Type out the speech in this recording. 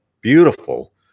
beautiful